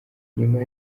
nyuma